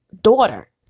daughter